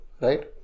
right